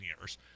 years